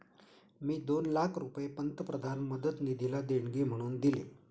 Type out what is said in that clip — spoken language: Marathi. मी दोन लाख रुपये पंतप्रधान मदत निधीला देणगी म्हणून दिले